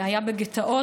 היה בגטאות,